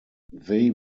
they